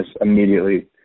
immediately